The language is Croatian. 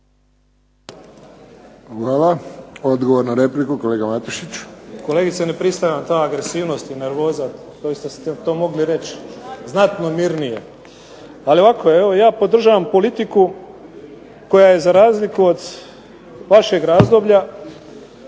Hvala. Odgovor na repliku, kolega Matušić. **Matušić, Frano (HDZ)** Kolegice ne pristaje vam ta agresivnost i nervoza kojom ste to mogli reći znatno mirnije. Ali ovako, evo ja podržavam politiku koja je za razliku od vašeg razdoblja